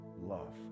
love